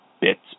bits